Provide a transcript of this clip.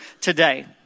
today